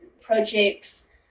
projects